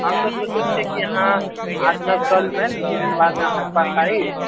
हम तऽ सोचै छिऐ कि अहाँ आज ने कलमे दू दिन बाद अहाँकें पास आइ